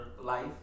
life